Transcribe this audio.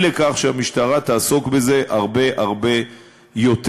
לכך שהמשטרה תעסוק בזה הרבה הרבה יותר.